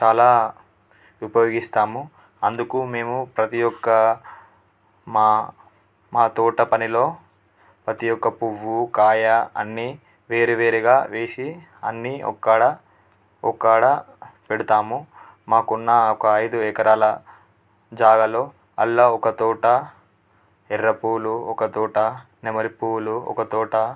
చాలా ఉపయోగిస్తాము అందుకు మేము ప్రతి ఒక్క మా మా తోట పనిలో ప్రతి ఒక్క పువ్వు కాయ అన్నీ వేరువేరుగా వేసి అన్నీ ఒకకాడ ఒకకాడ పెడతాము మాకు ఉన్న ఒక ఐదు ఎకరాల జాగాలో అందుల్ల ఒక తోట ఎర్ర పూలు ఒక తోట నెమరి పువ్వులు ఒక తోట